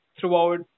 throughout